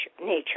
nature